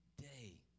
day